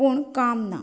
पूण काम ना